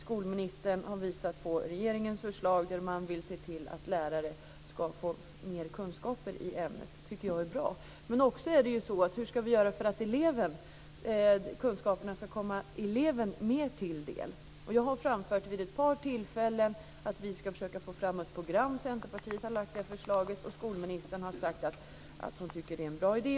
Skolministern har visat regeringens förslag där man vill se till att lärare ska få mer kunskaper i ämnet. Det tycker jag är bra. Men frågan är också hur vi ska göra för att kunskaperna ska komma eleven mer till del. Jag har vid ett par tillfällen framfört att vi ska försöka ta fram ett program. Centerpartiet har lagt fram det förslaget och skolministern har sagt att hon tycker att det är en bra idé.